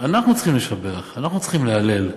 אנחנו צריכים לשבח, אנחנו צריכים להלל.